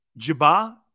Jabba